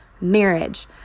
marriage